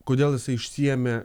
kodėl jis išsiėmė